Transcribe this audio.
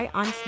on